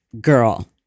girl